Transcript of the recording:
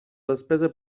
despesa